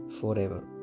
forever